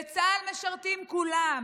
בצה"ל משרתים כולם,